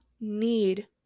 need